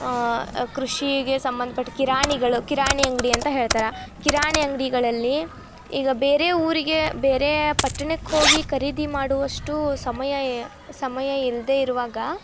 ಕೃಷಿಗೆ ಸಂಬಂಧ ಪಟ್ಟ ಕಿರಾಣಿಗಳು ಕಿರಾಣಿ ಅಂಗಡಿ ಅಂತ ಹೇಳ್ತಾರೆ ಕಿರಾಣಿ ಅಂಗಡಿಗಳಲ್ಲಿ ಈಗ ಬೇರೆ ಊರಿಗೆ ಬೇರೆ ಪಟ್ಟಣಕ್ಕೆ ಹೋಗಿ ಖರೀದಿ ಮಾಡುವಷ್ಟು ಸಮಯ ಸಮಯ ಇಲ್ದೇ ಇರುವಾಗ